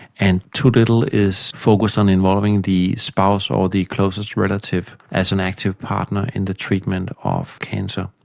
and too little is focused on involving the spouse or the closest relative as an active partner in the treatment of cancer.